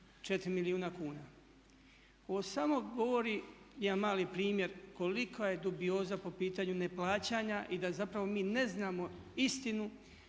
4 milijuna kuna. Ovo samo govori jedan mali primjer kolika je dubioza po pitanju neplaćanja i da zapravo mi ne znamo istinu